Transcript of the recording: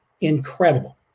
incredible